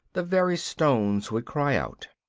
the very stones would cry out.